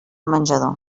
menjador